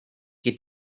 qui